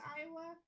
Iowa